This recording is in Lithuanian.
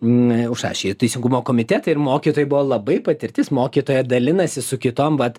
n užrašė į teisingumo komitetą ir mokytojai buvo labai patirtis mokytoja dalinasi su kitom vat